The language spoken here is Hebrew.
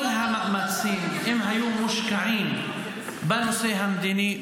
אם כל המאמצים היו מושקעים בנושא המדיני,